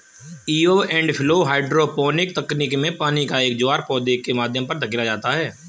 ebb and flow hydroponic तकनीक में पानी का एक ज्वार पौधे के माध्यम पर धकेला जाता है